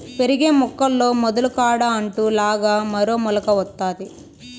పెరిగే మొక్కల్లో మొదలు కాడ అంటు లాగా మరో మొలక వత్తాది